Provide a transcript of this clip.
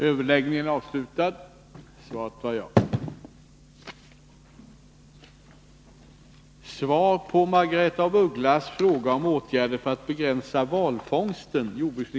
Herr talman! Det är detta slag av samarbete som vi bedriver. att begränsa valfångsten